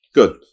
Good